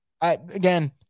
again